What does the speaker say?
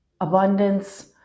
abundance